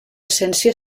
essència